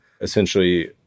essentially